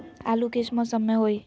आलू किस मौसम में होई?